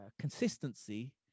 consistency